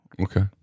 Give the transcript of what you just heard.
Okay